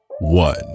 one